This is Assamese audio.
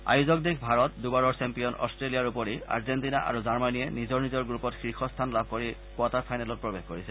আয়োজন দেশ ভাৰত দুবাৰৰ চেম্পিয়ন অট্টেলিয়াৰ উপৰি আৰ্জেণ্টিনা আৰু জাৰ্মনীয়ে নিজৰ নিজৰ গ্ৰুপত শীৰ্ষ স্থান লাভ কৰি কোৱাৰ্টাৰ ফাইনেলত প্ৰৱেশ কৰিছে